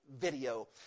video